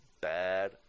bad